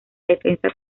defensa